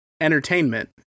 Entertainment